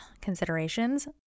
considerations